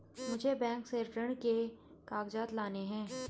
मुझे बैंक से ऋण के कागजात लाने हैं